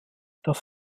das